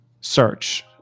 search